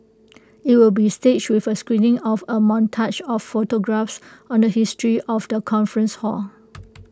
IT will be staged with A screening of A montage of photographs on the history of the conference hall